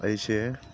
ꯑꯩꯁꯦ